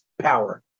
power